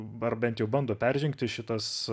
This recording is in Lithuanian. ar bent jau bando peržengti šitas